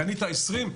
קנית 20,